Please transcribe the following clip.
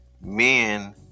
men